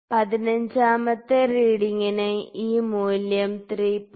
പതിനഞ്ചാമത്തെ റീഡിങ്ങിന് ഈ മൂല്യം 3